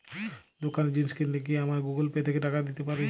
দোকানে জিনিস কিনলে কি আমার গুগল পে থেকে টাকা দিতে পারি?